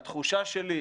והתחושה שלי,